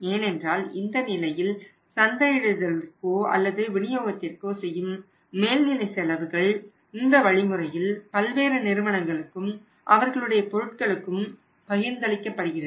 ஏனென்றால் இந்த நிலையில் சந்தையிடுதலுக்கோ அல்லது விநியோகத்திற்கோ செய்யும் மேல்நிலை செலவுகள் இந்த வழிமுறையில் பல்வேறு நிறுவனங்களுக்கும் அவர்களுடைய பொருட்களுக்கும் பகிர்ந்தளிக்கப்படுகிறது